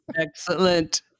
excellent